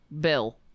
bill